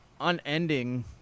unending